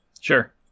Sure